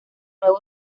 nuevo